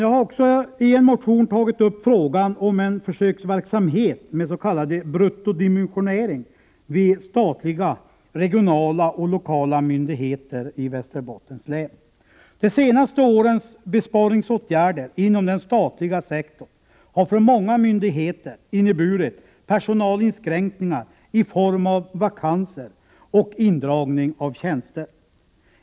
Jag har också i en motion tagit upp frågan om en försöksverksamhet med s.k. bruttodimensionering vid statliga, regionala och lokala myndigheter i Västerbottens län. De senaste årens besparingsåtgärder inom den statliga sektorn har för många myndigheter inneburit personalinskränkningar i form av vakanser och indragning av tjänster.